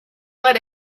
let